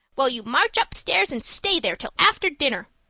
well, you march upstairs and stay there till after dinner.